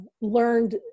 learned